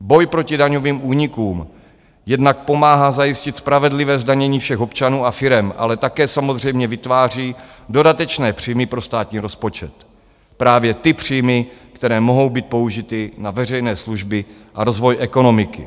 Boj proti daňovým únikům jednak pomáhá zajistit spravedlivé zdanění všech občanů a firem, ale také samozřejmě vytváří dodatečné příjmy pro státní rozpočet, právě ty příjmy, které mohou být použity na veřejné služby a rozvoj ekonomiky.